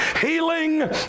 healing